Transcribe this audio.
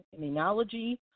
Immunology